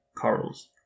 Corals